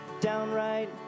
downright